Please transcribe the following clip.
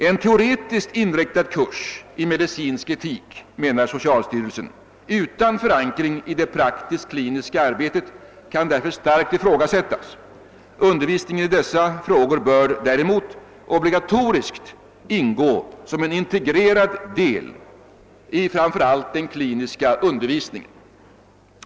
»En teoretiskt inriktad kurs i medicinsk etik», menar socialstyrelsen, »utan förankring i det praktiskt kliniska arbetet kan därför starkt ifrågasättas. Undervisningen i dessa frågor bör däremot ——— obligatoriskt ingå som en integrerad del i framförallt den kliniska undervisningen.